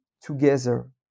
together